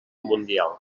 mundial